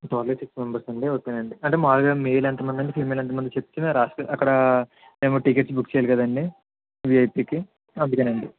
total six members అండి okay అండి అంటే మామూలుగా మేల్ ఎంతమంది అండి ఫిమేల్ ఎంతమంది అండి చెప్తే రాసుకోం అక్కడ మేము టికెట్స్ బుక్ చేయాలి కదండీ విఐపికి అందుకని అండి